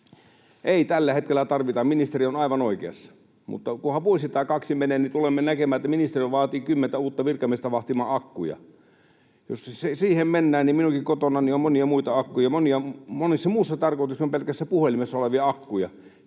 ei tällä hetkellä tarvita, ministeri on aivan oikeassa, mutta kunhan vuosi tai kaksi menee, niin tulemme näkemään, että ministeriö vaatii kymmentä uutta virkamiestä vahtimaan akkuja. Jos siihen mennään, niin minunkin kotonani on monia akkuja monessa muussa tarkoituksessa kuin pelkässä puhelimessa olevia akkuja.